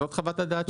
זאת חוות הדעת.